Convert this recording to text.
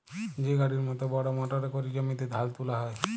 যে গাড়ির মত বড় মটরে ক্যরে জমিতে ধাল তুলা হ্যয়